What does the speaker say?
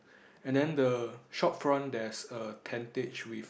and then the shop front there's a tentage with